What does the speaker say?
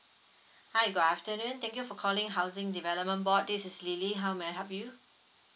hi good afternoon thank you for calling housing development board this is lily how may I help you